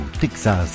Texas